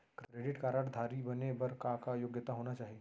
Credit card धारी बने बर का का योग्यता होना चाही?